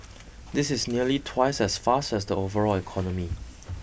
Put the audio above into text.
this is nearly twice as fast as the overall economy